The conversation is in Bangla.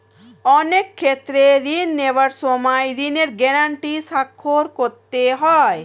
অনেক ক্ষেত্রে ঋণ নেওয়ার সময় ঋণের গ্যারান্টি স্বাক্ষর করতে হয়